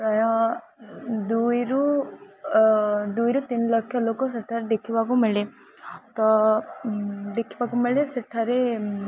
ପ୍ରାୟ ଦୁଇରୁ ଦୁଇରୁ ତିନି ଲକ୍ଷ ଲୋକ ସେଠାରେ ଦେଖିବାକୁ ମିଳେ ତ ଦେଖିବାକୁ ମିଳେ ସେଠାରେ